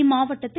இம்மாவட்டத்தில்